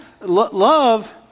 love